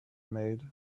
made